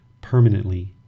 permanently